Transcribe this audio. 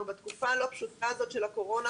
בתקופה הלא פשוטה הזאת של הקורונה,